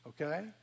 okay